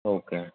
okay